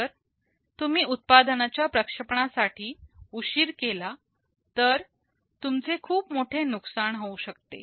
जर तुम्ही उत्पादनाच्या प्रक्षेपणासाठी उशीर केला तर तुमचे खूप मोठे नुकसान होऊ शकते